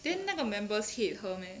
then 那个 members hate her meh